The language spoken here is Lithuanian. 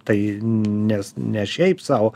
tai nes ne šiaip sau